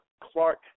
Clark